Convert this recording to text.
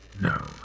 No